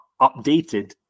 updated